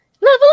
level